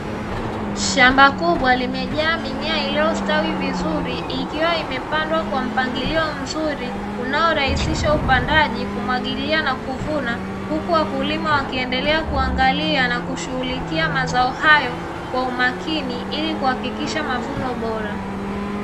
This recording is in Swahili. Shamba kubwa limejaa mimea iliyostawi vizuri, ikiwa imepandwa kwa mpangilio mzuri unaorahisisha: upandaji, kumwagilia na kuvuna; huku wakulima wakiendelea kuangalia na kushughulikia mazao hayo kwa umakini ili kuhakikisha mavuno bora.